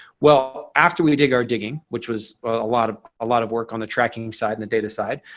well, after we did our digging, which was a lot of ah lot of work on the tracking side and the data side,